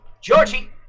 georgie